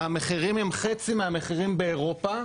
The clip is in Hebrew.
המחירים הם חצי מהמחירים באירופה,